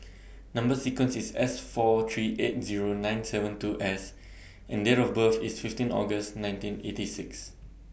Number sequence IS S four three eight Zero nine seven two S and Date of birth IS fifteen August nineteen eighty six